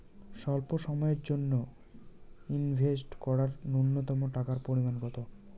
স্বল্প সময়ের জন্য ইনভেস্ট করার নূন্যতম টাকার পরিমাণ কত?